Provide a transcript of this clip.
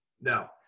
Now